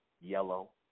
yellow